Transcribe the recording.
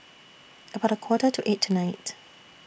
about A Quarter to eight tonight